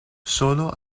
sólo